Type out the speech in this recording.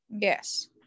Yes